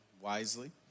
wisely